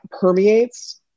permeates